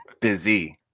busy